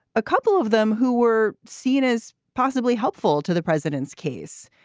a couple of them who were seen as possibly helpful to the president's case.